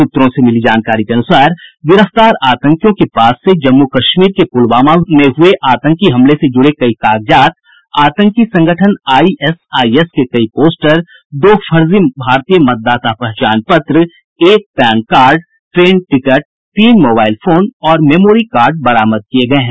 सूत्रों से मिली जानकारी के अनुसार गिरफ्तार आतंकियों के पास से जम्मू कश्मीर के पुलवामा में हुए आतंकी हमले से जुड़े कई कागजात आतंकी संगठन आईएसआईएस के कई पोस्टर दो फर्जी भारतीय मतदाता पहचान पत्र एक पैन कार्ड ट्रेन टिकट तीन मोबाईल फोन और मेमोरी कार्ड बरामद किये गये हैं